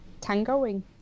tangoing